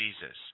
Jesus